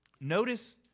notice